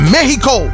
Mexico